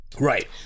Right